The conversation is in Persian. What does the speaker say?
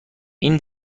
این